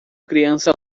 criança